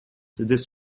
this